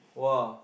!wah!